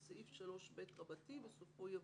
בסעיף 3ב, בסופו יבוא: